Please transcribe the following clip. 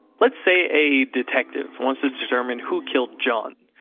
let's say a detective wants to determine who killed john.